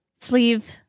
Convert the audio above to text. Sleeve